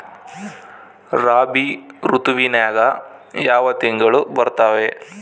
ರಾಬಿ ಋತುವಿನ್ಯಾಗ ಯಾವ ತಿಂಗಳು ಬರ್ತಾವೆ?